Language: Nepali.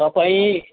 तपाईँ